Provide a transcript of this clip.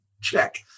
check